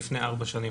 לפני ארבע שנים,